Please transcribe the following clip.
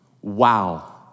Wow